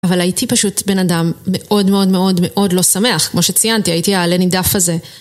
אבל הייתי פשוט בן אדם מאוד מאוד מאוד מאוד לא שמח, כמו שציינתי, הייתי העלה נידף הזה.